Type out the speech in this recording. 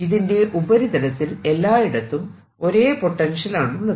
ഇതിന്റെ ഉപരിതലത്തിൽ എല്ലായിടത്തും ഒരേ പൊട്ടൻഷ്യൽ ആണുള്ളത്